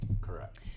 Correct